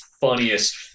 funniest